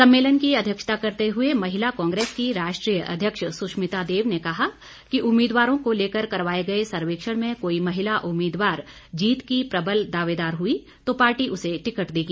सम्मेलन की अध्यक्षता करते हुए महिला कांग्रेस की राष्ट्रीय अध्यक्ष सुष्मिता देव ने कहा कि उम्मीदवारों को लेकर करवाये गए सर्वेक्षण में कोई महिला उम्मीदवार जीत की प्रबल दावेदार हुई तो पार्टी उसे टिकट देगी